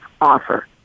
offer